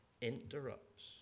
interrupts